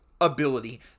ability